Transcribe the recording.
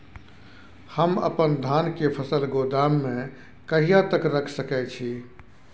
हम अपन धान के फसल गोदाम में कहिया तक रख सकैय छी?